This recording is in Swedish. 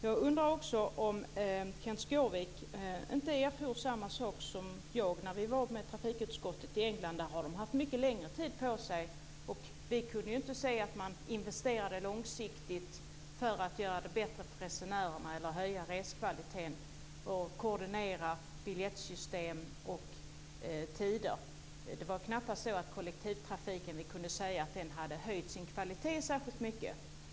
Vidare undrar jag om inte Kenth Skårvik erfor samma sak som jag när vi i trafikutskottet var i England. Där har man haft mycket längre tid på sig. Vi kunde ju inte se att man investerade långsiktigt för att göra det bättre för resenärerna eller för att höja reskvaliteten och koordinera biljettsystem och tider. Vi kunde knappast säga att kollektivtrafiken hade höjt sin kvalitet särskilt mycket.